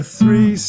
three